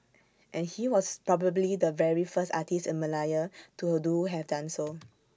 and he was probably the very first artist in Malaya to do have done so